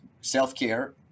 self-care